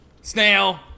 Snail